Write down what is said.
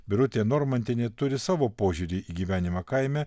birutė normantienė turi savo požiūrį į gyvenimą kaime